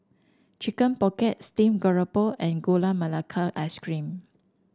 Chicken Pocket Steam Garoupa and Gula Melaka Ice Cream